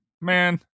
man